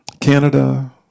Canada